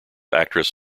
actress